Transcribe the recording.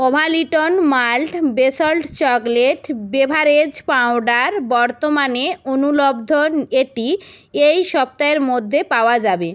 Ovaltine malt based chocolate beverage powder বর্তমানে অনুপলব্ধ এটি এই সপ্তাহের মধ্যে পাওয়া যাবে